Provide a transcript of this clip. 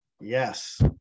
yes